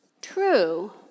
true